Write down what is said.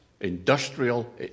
industrial